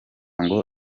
ngo